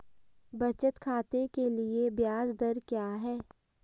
बचत खाते के लिए ब्याज दर क्या है?